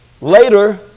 Later